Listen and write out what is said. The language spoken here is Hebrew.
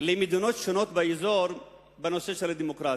למדינות שונות באזור בנושא הדמוקרטיה.